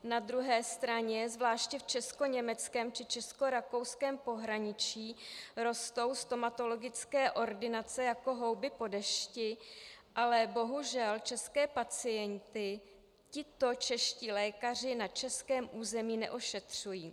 Na druhé straně v německém či českorakouském pohraničí rostou stomatologické ordinace jako houby po dešti, ale bohužel české pacienty tito čeští lékaři na českém území neošetřují.